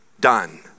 done